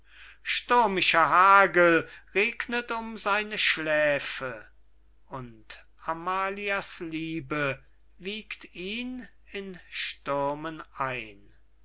stürmischer hagel regnet um seine schläfe und amalia's liebe wiegt ihn in stürmen ein